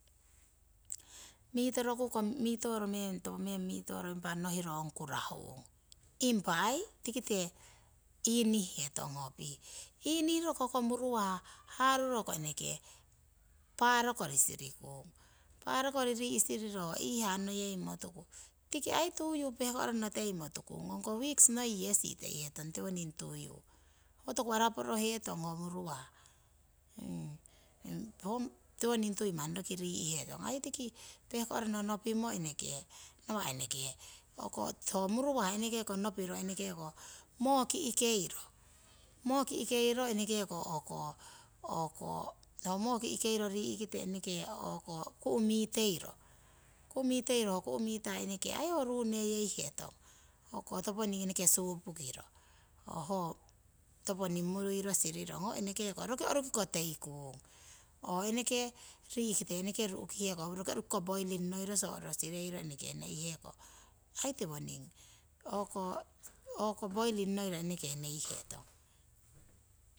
Mitoroku topomeng mitoro impa nohiro ong kurahung impa aii tikite inihihetong ho pih, haruroko ho muruwah hoyori parokori sirikung, parokori rii' siriro ho iihaa neyeumo. tuku. Tiki aii tuyu pehko'rano teimotukung ongko weeks noi yesi teihetong toku araporohetong tiwoning tuyu, ho toku araporohetong ho muruwah tiwoning tui manni roki rii'hetong. aii tiki pehko'rano nopimo eneke nawah eneke ho muruwah eneke nopimo eneke ko moo kihkiro eneke ko ho o'ko rii'kite eneke ku'u miteiro ho ku'u mitah aii ho ruu miteihetong toponing. eneke supukiro ho toponing muruiro sirirong ho eneke roki rorukiko teikung eneke rii'kite romoki ru'kihe roki roruki poiring noiro soro sirikung eneke neiheko aii tiwoning poiring. noiro eneke neihetong